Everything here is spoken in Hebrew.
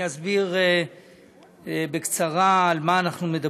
אסביר בקצרה על מה אנחנו מדברים.